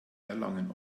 erlangen